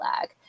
lag